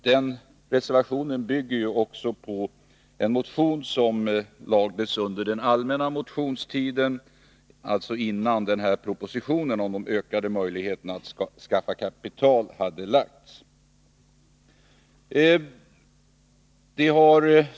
Den reservationen bygger på en motion som framlades under den allmänna motionstiden, alltså innan propositionen om den ökade möjligheten att skaffa kapital hade framlagts.